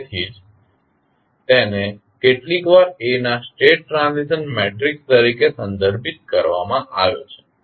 તેથી જ તેને કેટલીકવાર A ના સ્ટેટ ટ્રાન્ઝિશન મેટ્રિક્સ તરીકે સંદર્ભિત કરવામાં આવે છે